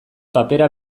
papera